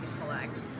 collect